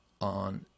on